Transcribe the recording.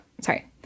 sorry